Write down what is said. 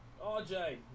rj